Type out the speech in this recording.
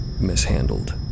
mishandled